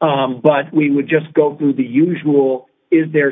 but we would just go through the usual is the